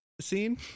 scene